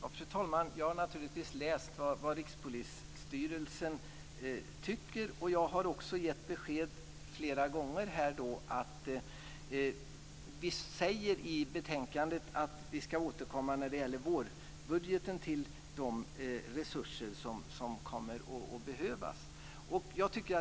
Fru talman! Jag har naturligtvis läst vad Rikspolisstyrelsen tycker, och jag har också givit besked om att det framgår i betänkandet att vi ska återkomma till frågan om de resurser som behövs i vårbudgeten.